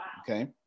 Okay